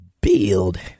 build